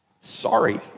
Sorry